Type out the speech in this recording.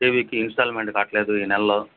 టీవీకి ఇన్స్టాల్మెంట్ కట్టలేదు ఈ నెల్లో